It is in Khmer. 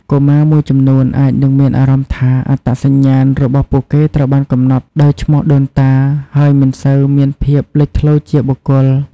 កុមារមួយចំនួនអាចនឹងមានអារម្មណ៍ថា អត្តសញ្ញាណរបស់ពួកគេត្រូវបានកំណត់ដោយឈ្មោះដូនតា ហើយមិនសូវមានភាពលេចធ្លោជាបុគ្គល។